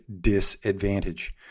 disadvantage